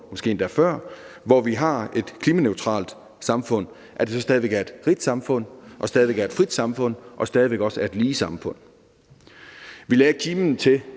have et samfund, hvor vi har et klimaneutralt samfund, er et rigt samfund og et frit samfund og også stadig væk er et lige samfund. Vi lagde kimen til